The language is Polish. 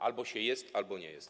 Albo się jest, albo się nie jest.